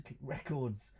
Records